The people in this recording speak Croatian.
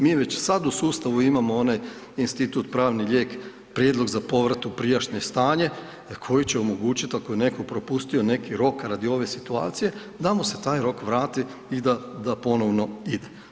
Mi već sad u sustavu imamo onaj institut pravni lijek, prijedlog za povrat u prijašnje stanje, koji će omogućit ako je neko propustio neki rok radi ove situacije da mu se taj rok vrati i da, da ponovno ide.